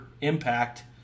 impact